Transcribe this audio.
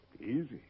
Easy